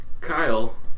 Kyle